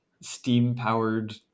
steam-powered